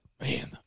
man